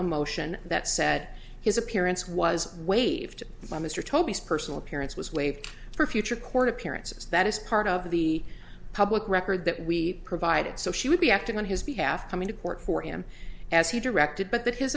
a motion that said his appearance was waived by mr toby's personal appearance was waived for future court appearances that is part of the public record that we provided so she would be acting on his behalf come into court for him as he directed but that his